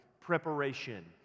preparation